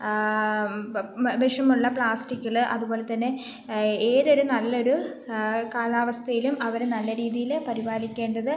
പ വിഷമുള്ള പ്ലാസ്റ്റിക്കിൽ അതുപോലെ തന്നെ ഏതൊരു നല്ലൊരു കാലാവസ്ഥയിലും അവരെ നല്ല രീതിയിൽ പരിപാലിക്കേണ്ടത്